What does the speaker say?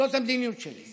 זאת המדיניות שלי.